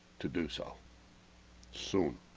to? do so soon